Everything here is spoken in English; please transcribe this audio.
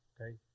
okay